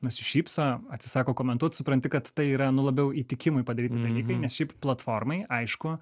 nusišypso atsisako komentuot supranti kad tai yra nu labiau įtikimui padaryti dalykai nes šiai platformai aišku